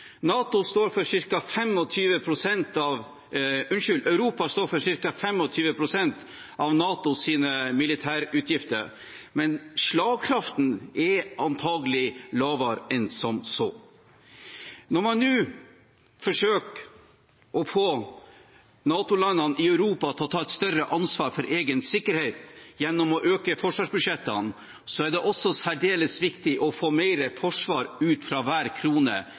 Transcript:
Europa står for ca. 25 pst. av NATOs militærutgifter, men slagkraften er antakelig mindre enn som så. Når man nå forsøker å få NATO-landene i Europa til å ta et større ansvar for egen sikkerhet gjennom å øke forsvarsbudsjettene, er det også særdeles viktig å få mer forsvar ut av hver krone